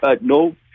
no